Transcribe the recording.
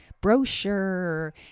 brochure